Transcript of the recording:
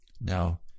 Now